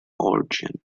organ